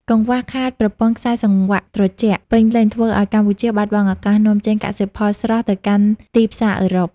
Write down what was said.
កង្វះខាត "ប្រព័ន្ធខ្សែសង្វាក់ត្រជាក់" ពេញលេញ ធ្វើឱ្យកម្ពុជាបាត់បង់ឱកាសនាំចេញកសិផលស្រស់ទៅកាន់ទីផ្សារអឺរ៉ុប។